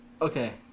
Okay